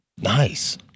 nice